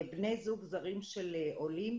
בני זוג זרים של עולים,